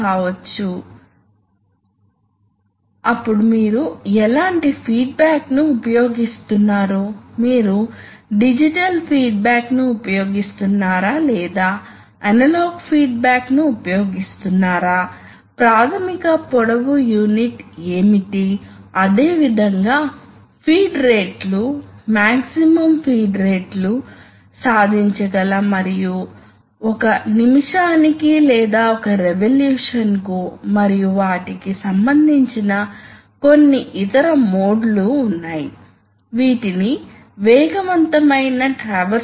కాబట్టి ఈ సందర్భంలో అప్పుడు ఈ ప్రెజర్ ఈ షటిల్ ను నెట్టివేసి దానిని ఫ్లష్ లోకి తీసుకువస్తుంది మరియు దీనితో ఫ్లష్ అవుతుంది కాబట్టి Y లేకపోతే పొజిషన్ ఇది అవుతుంది రెండు పోర్టులు కట్ ఆఫ్ మీరు చూడవచ్చు అదేవిధంగా X లేకపోతే ఎడమ వైపుకు మారుతుంది మరియు మళ్ళీ రెండూ కట్ ఆఫ్ కాబట్టి ఇది అక్కడ ఉంటుంది x మరియు y ప్రెజర్ పోర్టులు రెండూ వర్తింపజేయబడితేనే ఈ పోర్ట్ ప్రెషర్ ని పొందవచ్చు ఇది AND లాజిక్